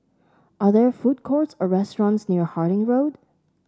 are there food courts or restaurants near Harding Road